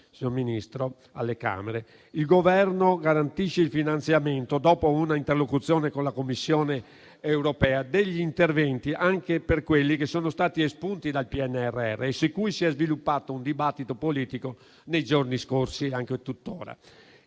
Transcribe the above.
il Governo garantisce, dopo una interlocuzione con la Commissione europea, il finanziamento degli interventi, anche per quelli che sono stati espunti dal PNRR e su cui si è sviluppato un dibattito politico nei giorni scorsi e anche tuttora.